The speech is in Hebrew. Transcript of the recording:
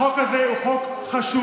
החוק הזה הוא חוק חשוב.